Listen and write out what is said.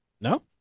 No